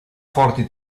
forti